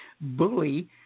bully